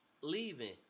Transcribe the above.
leaving